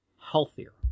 healthier